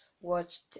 watched